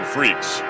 Freaks